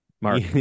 Mark